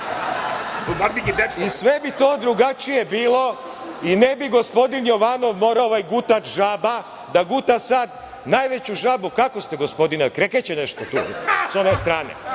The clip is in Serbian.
Sve bi to drugačije bilo i ne bi gospodin Jovanov, ovaj gutač žaba, morao da guta sad najveću žabu. Kako ste gospodine, jer krekeće nešto sa one strane?